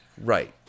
Right